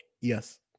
Yes